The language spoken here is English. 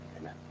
Amen